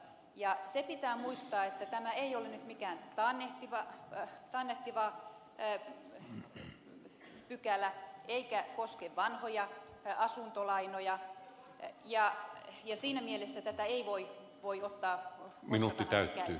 ja se pitää muistaa että tämä ei ole nyt mikään taannehtiva pykälä eikä koske vanhoja asuntolainoja ja siinä mielessä tätä ei voi ottaa koska tahansa käyttöön